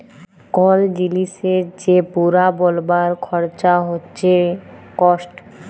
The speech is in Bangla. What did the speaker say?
কল জিলিসের যে পুরা বলবার খরচা হচ্যে কস্ট